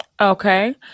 Okay